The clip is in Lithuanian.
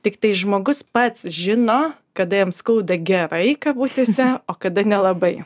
tiktai žmogus pats žino kada jam skauda gerai kabutėse o kada nelabai